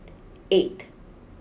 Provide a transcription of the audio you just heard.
eight